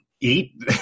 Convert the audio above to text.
eat